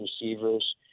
receivers